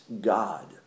God